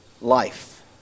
life